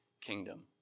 kingdom